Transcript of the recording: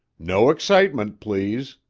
no excitement, please,